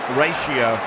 ratio